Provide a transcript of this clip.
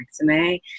Maxime